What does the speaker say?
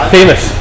Famous